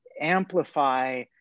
amplify